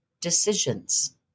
decisions